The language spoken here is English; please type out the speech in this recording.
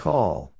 Call